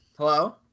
Hello